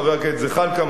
חבר הכנסת זחאלקה,